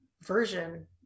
version